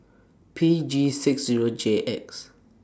P G six Zero J X